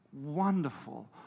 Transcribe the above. wonderful